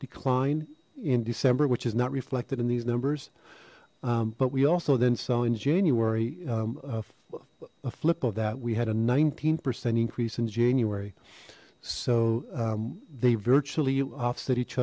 decline in december which is not reflected in these numbers but we also then saw in january a flip of that we had a nineteen percent increase in january so they virtually offset each